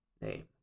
Name